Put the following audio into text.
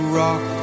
rock